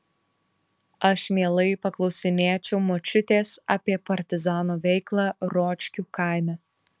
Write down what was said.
aš mielai paklausinėčiau močiutės apie partizanų veiklą ročkių kaime